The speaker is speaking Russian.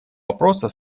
вопроса